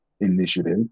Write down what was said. initiative